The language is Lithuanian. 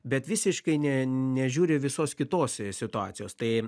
bet visiškai ne nežiūri visos kitos situacijos tai